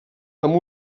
amb